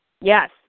Yes